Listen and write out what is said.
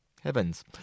Heavens